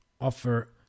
offer